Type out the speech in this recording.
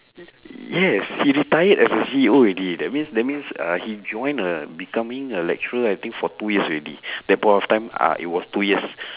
yes he retired as a C_E_O already that means that means uh he join uh becoming a lecturer for two years already that point of time it was two years